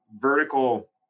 vertical